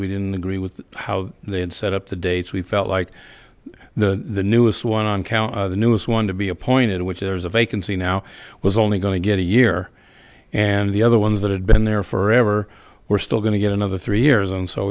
we didn't agree with how they had set up the dates we felt like the newest one on count the newest one to be appointed which is a vacancy now was only going to get a year and the other ones that had been there forever were still going to get another three years and so